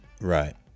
Right